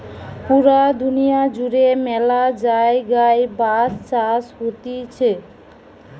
পুরা দুনিয়া জুড়ে ম্যালা জায়গায় বাঁশ চাষ হতিছে